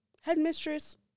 headmistress